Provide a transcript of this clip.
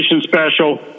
special